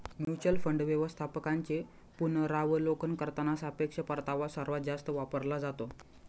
mutual fund व्यवस्थापकांचे पुनरावलोकन करताना सापेक्ष परतावा सर्वात जास्त वापरला जातो